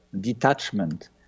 detachment